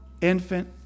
infant